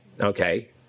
Okay